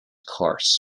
course